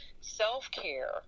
self-care